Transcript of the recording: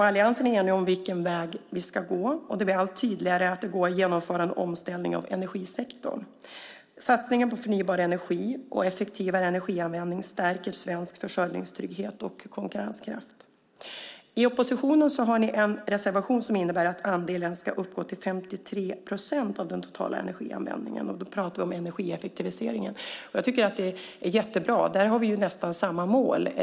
Alliansen är enig om vilken väg vi ska gå, och det blir allt tydligare att det går att genomföra en omställning av energisektorn. Satsningen på förnybar energi och effektivare energianvändning stärker svensk försörjningstrygghet och konkurrenskraft. Oppositionen har en reservation som innebär att andelen ska uppgå till 53 procent av den totala energianvändningen. Då talar vi om energieffektiviseringen. Det är jättebra. Där har vi nästan samma mål.